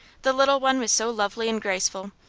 the little one was so lovely and graceful,